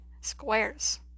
Squares